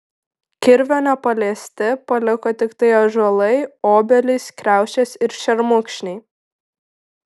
kirvio nepaliesti paliko tiktai ąžuolai obelys kriaušės ir šermukšniai